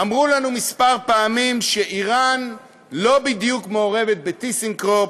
אמרו לנו כמה פעמים שאיראן לא מעורבת ב"טיסנקרופ",